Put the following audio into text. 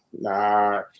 Nah